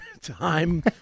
time